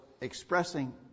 expressing